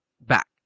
back